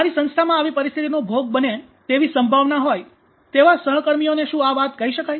તમારી સંસ્થામાં આવી પરિસ્થિતિનો ભોગ બને તેવી સંભાવના હોય તેવા સહકર્મીઓને શું આ વાત કહી શકાય